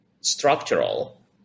structural